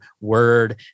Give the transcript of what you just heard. word